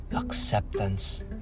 acceptance